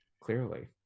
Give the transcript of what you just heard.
Clearly